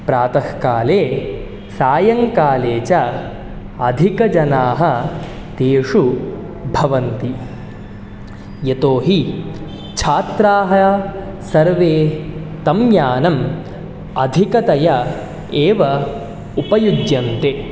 प्रातःकाले सायङ्काले च अधिकजनाः तेषु भवन्ति यतो हि छात्राः सर्वे तं यानम् अधिकतया एव उपयुज्यन्ते